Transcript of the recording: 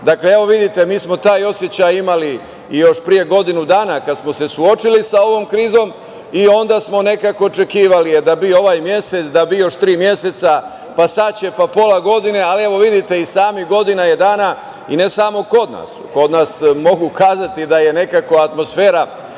Dakle, vidite mi smo taj osećaj imali još pre godinu dana kada smo se suočili sa ovom krizom i onda smo nekako očekivali da bi ovaj mesec, da bi još tri meseca, pa sada će, pa pola godine, ali evo vidite i sami godina je dana i ne samo kod nas, kod nas mogu kazati da je nekako atmosfera